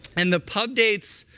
and the pub dates,